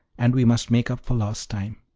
and we must make up for lost time.